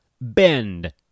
bend